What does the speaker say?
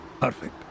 Perfect